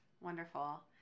Wonderful